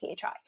PHI